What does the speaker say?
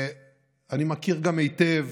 אני גם מכיר היטב